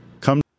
come